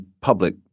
public